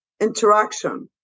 interaction